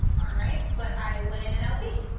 alright, but i win an lp,